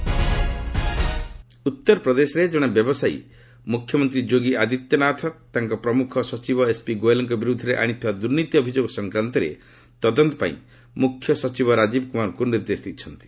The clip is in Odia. ୟୁପି ସିଏମ୍ ପ୍ରୋବ୍ ଉତ୍ତରପ୍ରଦେଶରେ ଜଣେ ବ୍ୟବସାୟୀ ମୁଖ୍ୟମନ୍ତ୍ରୀ ଯୋଗୀ ଆଦିତ୍ୟନାଥଙ୍କ ପ୍ରମୁଖ ସଚିବ ଏସ୍ପି ଗୋଏଲ୍ଙ୍କ ବିରୁଦ୍ଧରେ ଆଶିଥିବା ଦୁର୍ନୀତି ଅଭିଯୋଗ ସଂକ୍ରାନ୍ତରେ ତଦନ୍ତ କରିବା ପାଇଁ ମୁଖ୍ୟମନ୍ତ୍ରୀ ମୁଖ୍ୟ ସଚିବ ରାଜୀବ କୁମାରଙ୍କୁ ନିର୍ଦ୍ଦେଶ ଦେଇଛନ୍ତି